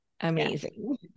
Amazing